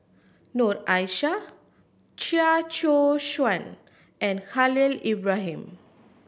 Noor Aishah Chia Choo Suan and Khalil Ibrahim